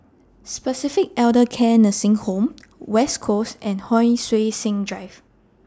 Pacific Elder Care Nursing Home West Coast and Hon Sui Sen Drive